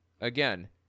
Again